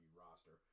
roster